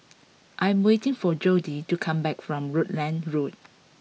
I am waiting for Jodie to come back from Rutland Road